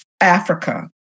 Africa